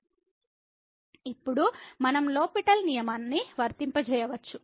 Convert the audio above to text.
ఇప్పుడు మనం లో పిటెల్ L'Hospital నియమాన్ని వర్తింపజేయవచ్చు